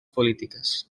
polítiques